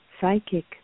psychic